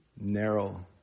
Narrow